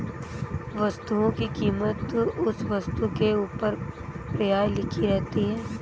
वस्तुओं की कीमत उस वस्तु के ऊपर प्रायः लिखी रहती है